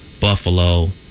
Buffalo